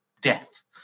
death